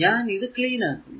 ഞാൻ ഇത് ക്ലീൻ ആക്കുന്നു